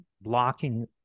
blocking